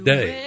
Day